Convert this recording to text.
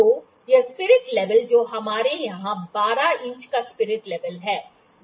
तो यह spirit level जो हमारे यहां 12 इंच का स्पिरिट लेवल है